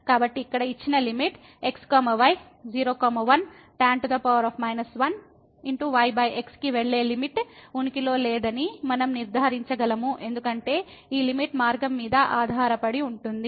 కాబట్టి ఇక్కడ ఇచ్చిన లిమిట్ x y 01 tan 1 కి వెళ్లే లిమిట్ ఉనికిలో లేదని మనం నిర్ధారించగలము ఎందుకంటే ఈ లిమిట్ మార్గం మీద ఆధారపడి ఉంటుంది